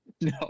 No